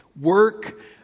work